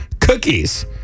cookies